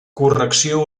correcció